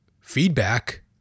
feedback